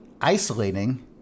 isolating